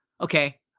okay